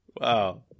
Wow